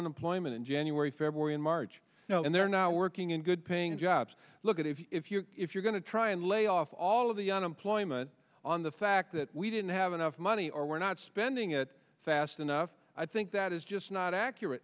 unemployment in january february and march and they're now working in good paying jobs look at if you if you if you're going to try and lay off all of the unemployment on the fact that we didn't have enough money or we're not spending it fast enough i think that is just not accurate